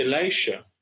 Elisha